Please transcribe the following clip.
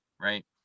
right